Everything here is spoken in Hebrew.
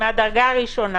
מהדרגה הראשונה